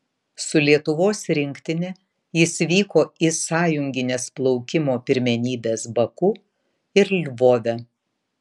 su lietuvos rinktine jis vyko į sąjungines plaukimo pirmenybes baku ir lvove